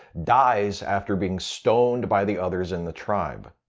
dies after being stoned by the others in the tribe.